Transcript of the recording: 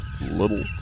Little